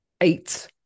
eight